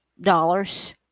dollars